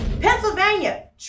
Pennsylvania